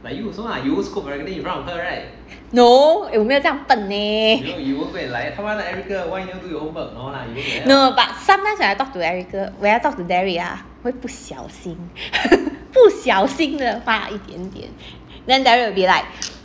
no eh 我没有这样笨 eh no but sometimes when I talk to erica when I talk to derrick ah 会不小心 不小心的发一点点 then derrick will be like